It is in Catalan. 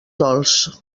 dolç